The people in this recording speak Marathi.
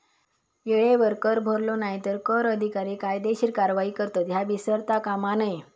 येळेवर कर भरलो नाय तर कर अधिकारी कायदेशीर कारवाई करतत, ह्या विसरता कामा नये